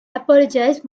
apologized